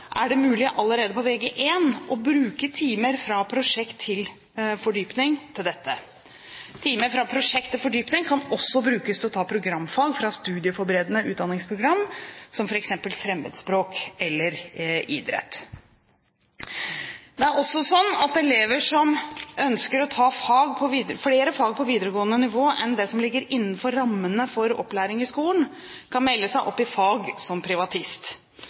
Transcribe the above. er det mulig allerede på Vg1 å bruke timer fra prosjekt til fordypning til dette. Timer fra prosjekt til fordypning kan også brukes til å ta programfag fra studieforberedende utdanningsprogram, som f.eks. fremmedspråk eller idrett. Det er også sånn at elever som ønsker å ta flere fag på videregående nivå enn det som ligger innenfor rammene for opplæring i skolen, kan melde seg opp i fag som privatist.